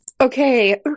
Okay